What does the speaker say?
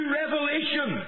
revelation